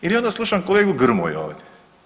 I onda slušam kolegu Grmoju ovdje.